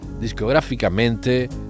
discográficamente